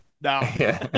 no